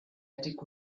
attic